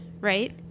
right